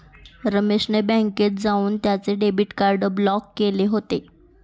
रमेश ने बँकेत जाऊन त्याचे डेबिट कार्ड ब्लॉक केले होते